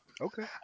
Okay